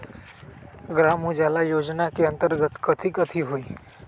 ग्राम उजाला योजना के अंतर्गत कथी कथी होई?